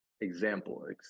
example